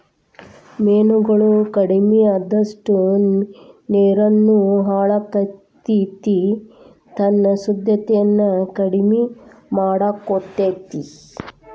ಮೇನುಗಳು ಕಡಮಿ ಅಅದಷ್ಟ ನೇರುನು ಹಾಳಕ್ಕತಿ ತನ್ನ ಶುದ್ದತೆನ ಕಡಮಿ ಮಾಡಕೊತತಿ